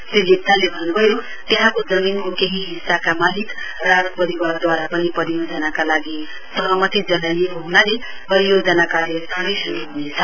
श्री लेप्चाले भन्न् भयो त्यहाँको जमीनको केही हिस्साका मालिक राज परिवारदवारा पनि परियोजनाका लागि सहमति जनाइएको हनाले परियोजना कार्य चाडै शुरू ह्नेछ